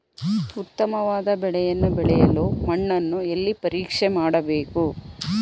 ಉತ್ತಮವಾದ ಬೆಳೆಯನ್ನು ಬೆಳೆಯಲು ಮಣ್ಣನ್ನು ಎಲ್ಲಿ ಪರೀಕ್ಷೆ ಮಾಡಬೇಕು?